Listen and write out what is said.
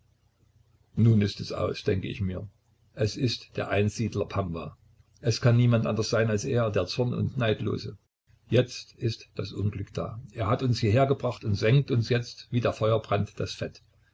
nun ist es aus denke ich mir es ist der einsiedler pamwa es kann niemand anders sein als er der zorn und neidlose jetzt ist das unglück da er hat uns hieher gebracht und sengt uns jetzt wie der feuerbrand das fett